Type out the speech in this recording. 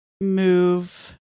move